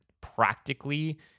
practically